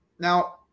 Now